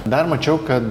dar mačiau kad